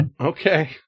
okay